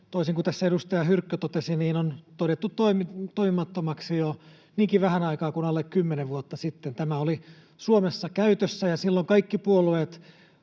toisin kuin tässä edustaja Hyrkkö totesi, on todettu toimimattomaksi jo niinkin vähän aikaa kuin alle kymmenen vuotta sitten. Tämä oli Suomessa käytössä, ja silloin kaikki puolueet,